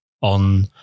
on